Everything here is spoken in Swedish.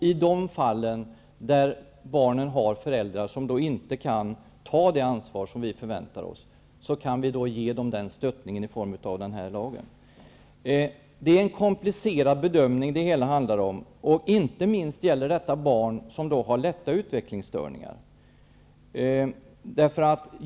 I de fall som barnen har föräldrar som inte kan ta det ansvar som vi förväntar oss kan vi stötta dem med hjälp av denna lag. Det handlar om en komplicerad bedömning. Detta gäller inte minst de barn som har lätta utvecklingsstörningar.